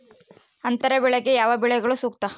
ಅಂತರ ಬೆಳೆಗೆ ಯಾವ ಬೆಳೆಗಳು ಸೂಕ್ತ?